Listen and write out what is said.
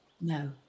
No